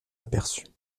aperçut